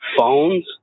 phones